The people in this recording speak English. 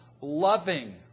loving